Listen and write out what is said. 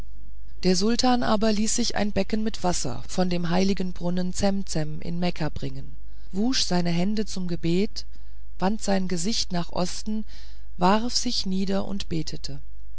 der sultan aber ließ sich ein becken mit wasser von dem heiligen brunnen zemzem in mekka bringen wusch seine hände zum gebet wandte sein gesicht nach osten warf sich nieder und betete